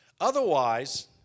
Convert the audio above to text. Otherwise